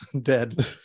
dead